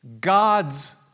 God's